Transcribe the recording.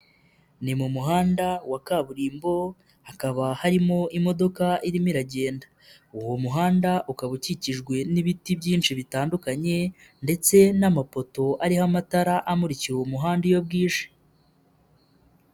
Ni mu muhanda wa kaburimbo hakaba harimo imodoka irimo iragenda, uwo muhanda ukaba ukikijwe n'ibiti byinshi bitandukanye ndetse n'amapoto ariho amatara amurikira uwo muhanda iyo bwije.